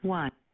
one